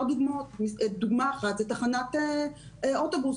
דוגמה אחת זה תחנת אוטובוס.